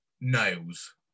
nails